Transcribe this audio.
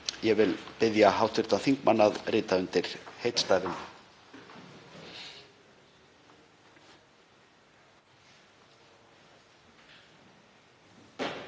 Ég vil biðja hv. þingmann að rita undir heitstafinn.